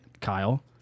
Kyle